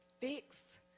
Fix